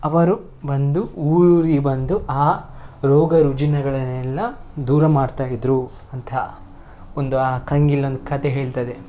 ಅವರು ಬಂದು ಊರು ಊರಿಗೆ ಬಂದು ಆ ರೋಗ ರುಜಿನಗಳನ್ನೆಲ್ಲ ದೂರ ಮಾಡ್ತಾ ಇದ್ದರು ಅಂಥ ಒಂದು ಆ ಕಂಗೀಲ್ ಅಂತ ಕತೆ ಹೇಳ್ತದೆ